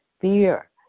fear